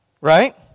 Right